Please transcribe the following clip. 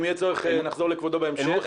אם יהיה צורך נחזור לכבודו בהמשך.